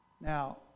Now